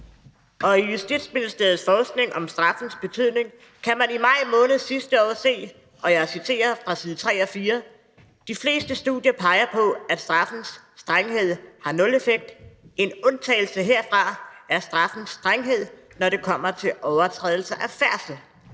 I Justitsministeriets forskning om straffens betydning kan man i maj måned sidste år på side 3 og 4 læse: »De fleste studier peger på, at sanktionens strenghed har en nuleffekt. En undtagelse herfra er straffens strenghed, når det angår overtrædelser af færdselsloven.